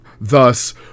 thus